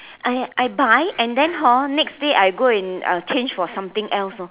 I I buy and then hor next day I go and uh change for something else lor